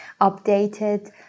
updated